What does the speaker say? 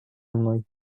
мной